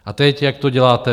A teď, jak to děláte vy.